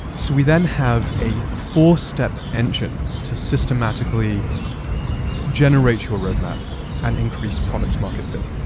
so we then have a full step engine to systematically generates your roadmap and increased product market fit.